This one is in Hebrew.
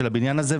של הבניין הזה,